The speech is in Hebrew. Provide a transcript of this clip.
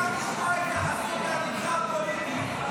נשמח לשמוע התייחסות לעתידך הפוליטי.